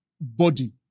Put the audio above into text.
body